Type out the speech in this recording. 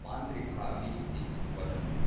मान्त्रिकः अपि इति वदन्ति